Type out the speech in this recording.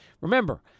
Remember